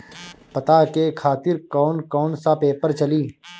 पता के खातिर कौन कौन सा पेपर चली?